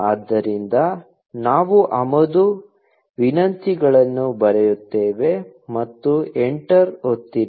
ಆದ್ದರಿಂದ ನಾವು ಆಮದು ವಿನಂತಿಗಳನ್ನು ಬರೆಯುತ್ತೇವೆ ಮತ್ತು ಎಂಟರ್ ಒತ್ತಿರಿ